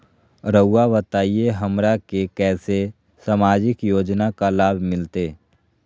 रहुआ बताइए हमरा के कैसे सामाजिक योजना का लाभ मिलते?